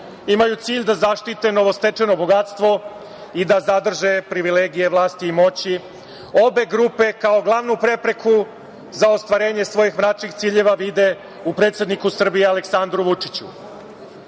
imaju cilj da zaštite novostečeno bogatstvo i da zadrže privilegije vlasti i moći. Obe grupe kao glavnu prepreku za ostvarenje svojih mračnih ciljeva vide u predsedniku Srbije, Aleksandru Vučiću. Zbog